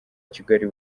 kigali